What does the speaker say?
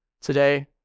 today